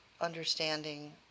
understanding